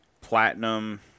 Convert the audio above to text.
Platinum